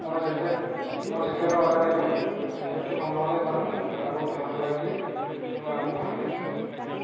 মই জেকেট মই jacket order দিলোঁ জেকেটটো কম দামতে পালোঁ আৰু বহুত ভাল কুৱালিটিৰ আৰু মোৰ ভাল লাগিছে